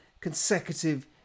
consecutive